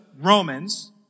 Romans